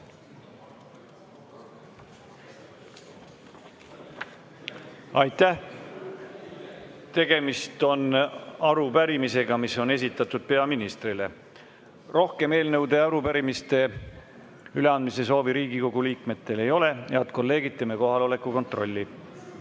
Aitäh! Tegemist on arupärimisega, mis on esitatud peaministrile. Rohkem eelnõude ja arupärimiste üleandmise soovi Riigikogu liikmetel ei ole. Head kolleegid, teeme kohaloleku kontrolli.